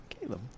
Caleb